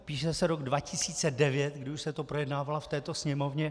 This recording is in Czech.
Píše se rok 2009, kdy už se to projednávalo v této Sněmovně.